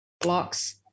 blocks